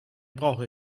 brauche